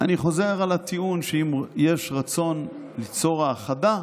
אני חוזר על הטיעון שאם יש רצון ליצור האחדה,